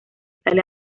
sale